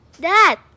Dad